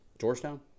Georgetown